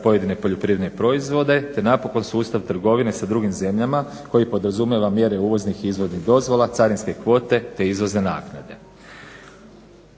pojedine poljoprivredne proizvode te napokon sustav trgovine sa drugim zemljama koji podrazumijeva mjere uvoznih i izvoznih dozvola, carinske kvote te izvozne naknade.